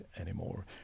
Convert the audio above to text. anymore